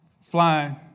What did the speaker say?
flying